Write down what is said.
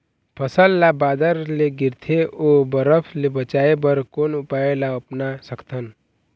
फसल ला बादर ले गिरथे ओ बरफ ले बचाए बर कोन उपाय ला अपना सकथन?